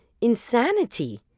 insanity